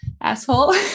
asshole